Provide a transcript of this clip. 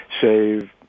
save